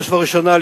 בראש ובראשונה,